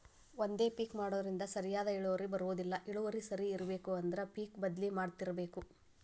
ಒಂದೇ ಪಿಕ್ ಮಾಡುದ್ರಿಂದ ಸರಿಯಾದ ಇಳುವರಿ ಬರುದಿಲ್ಲಾ ಇಳುವರಿ ಸರಿ ಇರ್ಬೇಕು ಅಂದ್ರ ಪಿಕ್ ಬದ್ಲಿ ಮಾಡತ್ತಿರ್ಬೇಕ